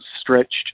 stretched